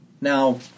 Now